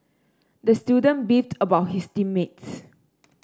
the student beefed about his team mates